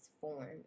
form